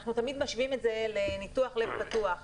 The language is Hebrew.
אנחנו תמיד משווים את זה לניתוח לב פתוח,